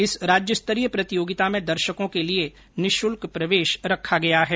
इस राज्य स्तरीय प्रतियोगिता में दर्शकों के लिए निःशुल्क प्रवेश रखा गया है